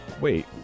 Wait